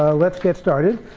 ah let's get started.